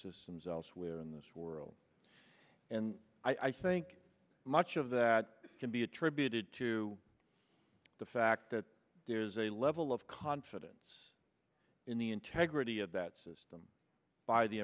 systems elsewhere in this world and i think much of that can be attributed to the fact that there's a level of confidence in the integrity of that system by the